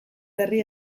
herri